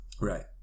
Right